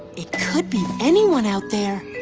it could be anyone out there.